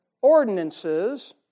ordinances